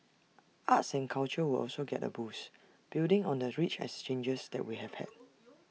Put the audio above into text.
arts and culture will also get A boost building on the rich exchanges that we have had